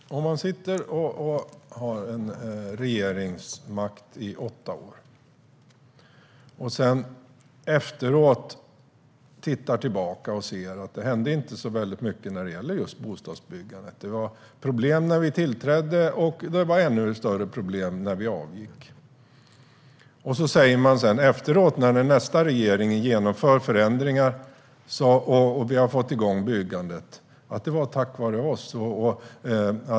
Herr talman! Ni hade regeringsmakten i åtta år och när ni efteråt tittar tillbaka så ser ni att det inte hände så mycket när det gällde bostadsbyggandet. Det var problem när ni tillträdde och det var ännu större problem när ni avgick. När nästa regering sedan genomför förändringar och har fått i gång byggandet säger man: Det var tack vare oss.